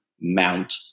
Mount